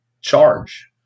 charge